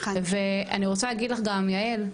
אני גם רוצה להגיד לך, יעל.